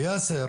ויאסר